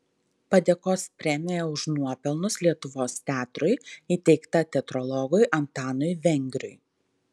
padėkos premija už nuopelnus lietuvos teatrui įteikta teatrologui antanui vengriui